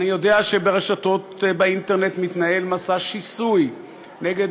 אני יודע שברשתות האינטרנט מתנהל מסע שיסוי נגד